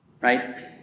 right